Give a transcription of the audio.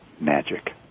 Magic